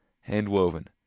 hand-woven